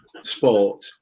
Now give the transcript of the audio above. sport